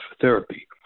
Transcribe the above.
therapy